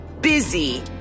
busy